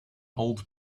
old